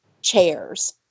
chairs